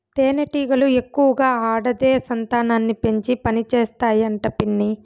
తేనెటీగలు ఎక్కువగా ఆడదే సంతానాన్ని పెంచి పనిచేస్తాయి అంట పిన్ని